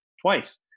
twice